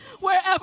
Wherever